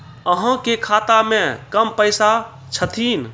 अहाँ के खाता मे कम पैसा छथिन?